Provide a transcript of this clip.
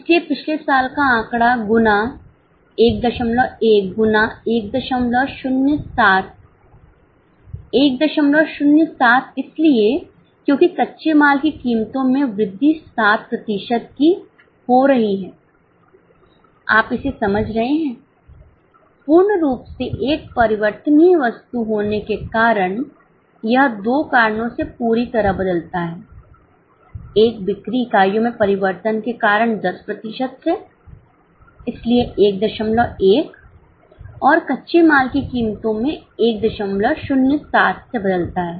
इसलिए पिछले साल का आंकड़ा गुना 11 गुना 107 107 इसलिए क्योंकि कच्चे माल की कीमतों में वृद्धि 7 प्रतिशत की हो रही है आप इसे समझ रहे हैं पूर्ण रूप से एक परिवर्तन ही वस्तु होने के कारण यह दो कारणों से पूरी तरह बदलता है एक बिक्री इकाइयों में परिवर्तन के कारण 10 प्रतिशत से इसलिए 11 और कच्चे माल की कीमतों में 107 से बदलता है